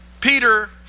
Peter